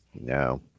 No